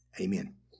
Amen